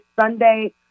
Sunday